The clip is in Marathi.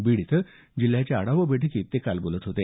बीड इथं जिल्ह्याच्या आढावा बैठकीत ते काल बोलत होते